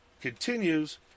continues